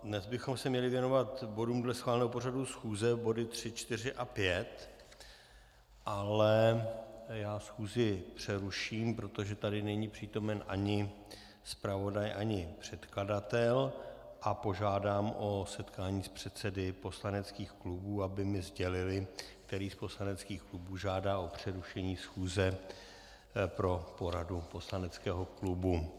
Dnes bychom se měli věnovat bodům dle schváleného pořadu schůze, bodům 3, 4 a 5, ale já schůzi přeruším, protože tady není přítomen zpravodaj ani předkladatel, a požádám o setkání s předsedy poslaneckých klubů, aby mi sdělili, který z poslaneckých klubů žádá o přerušení schůze pro poradu poslaneckého klubu.